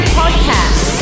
podcast